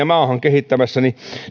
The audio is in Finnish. maahan kehittämässä